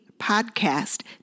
Podcast